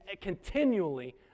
continually